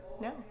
No